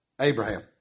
Abraham